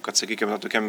kad sakykime tokiam